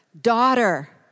daughter